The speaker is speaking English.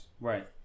Right